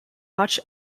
much